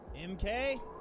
MK